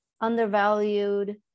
undervalued